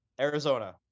arizona